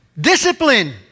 Discipline